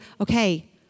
okay